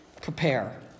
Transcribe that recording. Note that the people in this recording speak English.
prepare